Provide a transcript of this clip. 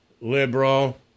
liberal